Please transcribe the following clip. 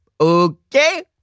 okay